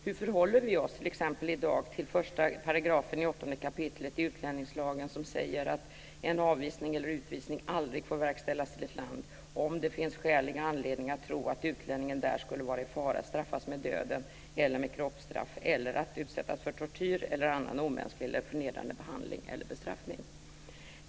Jag undrar hur vi i dag förhåller oss t.ex. till "En avvisning eller utvisning aldrig får verkställas till ett land om det finns skälig anledning att tro att utlänningen där skulle vara i fara att straffas med döden eller med kroppsstraff eller att utsättas för tortyr eller annan omänsklig eller förnedrande behandling eller bestraffning -."